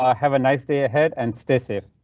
ah have a nice day ahead and stay safe,